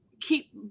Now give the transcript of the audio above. keep